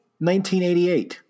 1988